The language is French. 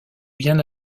bien